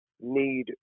need